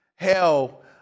Hell